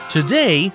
Today